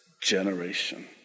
generation